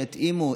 שיתאימו,